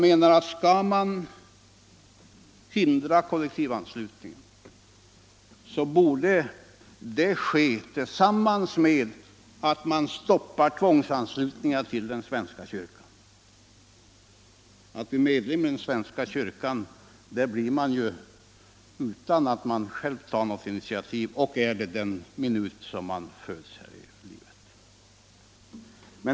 Skulle man hindra kollektivanslutningen, borde det ske tillsammans med att man stoppar tvångsanslutningen till svenska kyrkan. Medlem i den svenska kyrkan blir man utan att man tar initiativ och är det den minut man föds.